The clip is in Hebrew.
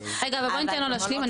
רגע, אבל בואי ניתן לו להשלים.